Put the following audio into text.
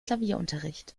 klavierunterricht